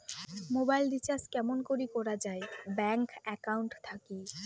Mobile recharge কেমন করি করা যায় ব্যাংক একাউন্ট থাকি?